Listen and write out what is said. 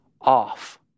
off